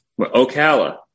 Ocala